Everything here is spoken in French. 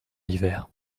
l’hiver